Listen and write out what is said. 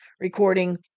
recording